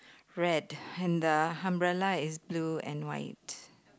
red and the umbrella is blue and white